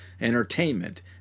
entertainment